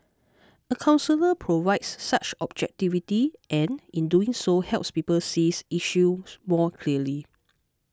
a counsellor provides such objectivity and in doing so helps people sees issues more clearly